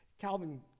Calvin